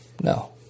No